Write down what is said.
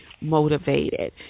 motivated